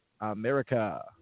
America